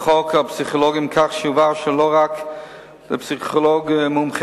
לחוק הפסיכולוגים כך שיובהר שלא רק לפסיכולוג מומחה